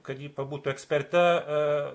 kad ji pabūtų eksperte